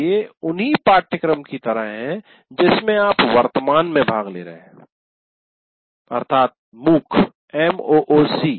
ये उन्ही पाठ्यक्रम की तरह हैं जिसमे आप वर्तमान में भाग ले रहे हैं अर्थात् एमओओसी "मूक"